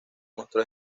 mostró